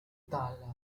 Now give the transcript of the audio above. dallas